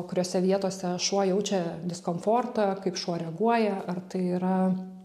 kuriose vietose šuo jaučia diskomfortą kaip šuo reaguoja ar tai yra